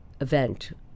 event